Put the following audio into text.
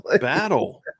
Battle